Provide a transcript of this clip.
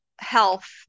health